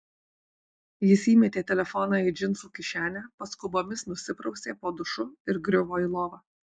jis įmetė telefoną į džinsų kišenę paskubomis nusiprausė po dušu ir griuvo į lovą